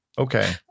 Okay